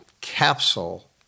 capsule